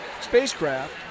spacecraft